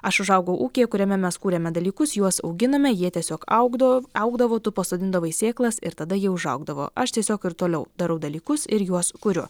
aš užaugau ūkyje kuriame mes kūrėme dalykus juos auginome jie tiesiog augdav augdavo tu pasodindavai sėklas ir tada jie užaugdavo aš tiesiog ir toliau darau dalykus ir juos kuriu